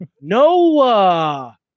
Noah